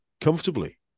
comfortably